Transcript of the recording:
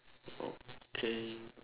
okay